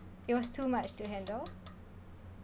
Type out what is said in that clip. it was too much to handle